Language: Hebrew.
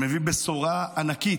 שמביא בשורה ענקית,